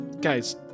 guys